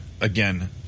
again